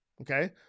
Okay